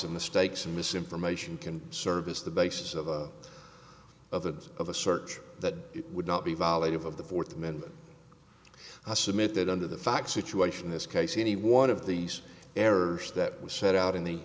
of mistakes and misinformation can serve as the basis of of the of a search that would not be violated of the fourth amendment i submit that under the facts situation this case any one of these errors that was set out in the